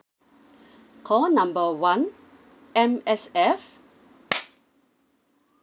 call number one M_S_F